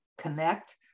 connect